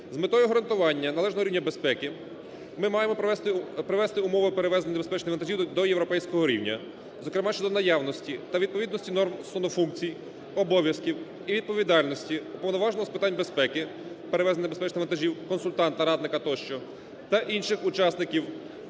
З метою гарантування належного рівня безпеки ми маємо привести умови перевезення небезпечних вантажів до європейського рівня, зокрема щодо наявності та відповідності норм стосовно функцій, обов'язків і відповідальності Уповноваженого з питань безпеки перевезення небезпечних вантажів, консультанта, радника тощо та інших учасників